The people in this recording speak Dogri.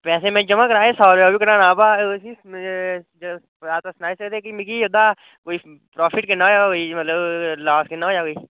पैसे मैं जमा कराए हे सौ रपेआ बी कढाना हा वा तुस सनाई सकदे की मिकी ओह्दा कोई प्राफिट किन्ना होई मतलब लास किन्ना होएया